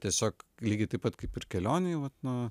tiesiog lygiai taip pat kaip ir kelionei vat nu